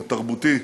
התרבותי,